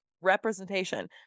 representation